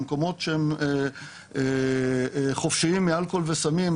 למקומות שהם חופשיים מאלכוהול וסמים,